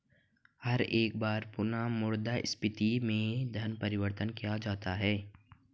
हर एक बार पुनः मुद्रा स्फीती में धन परिवर्तन किया जाता है